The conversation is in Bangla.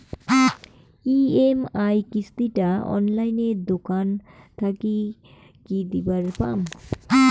ই.এম.আই কিস্তি টা অনলাইনে দোকান থাকি কি দিবার পাম?